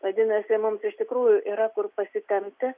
vadinasi mums iš tikrųjų yra kur pasitempti